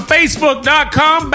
Facebook.com